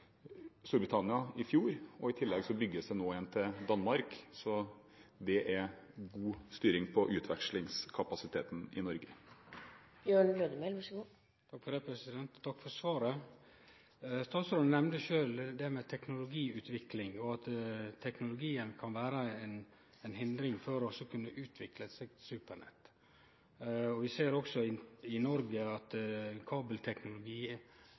Storbritannia i fjor, og i tillegg bygges det nå en forbindelse til Danmark, så det er god styring på utvekslingskapasiteten i Norge. Takk for svaret. Statsråden nemnte sjølv teknologiutvikling, og at teknologien kan vere eit hinder for å kunne utvikle eit slikt supernett. Vi ser òg i Noreg at kabelteknologi